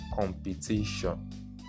competition